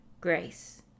Grace